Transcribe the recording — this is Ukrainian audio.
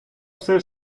все